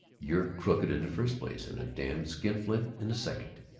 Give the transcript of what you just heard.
you're crooked in the first place and a damn skinflint in the second.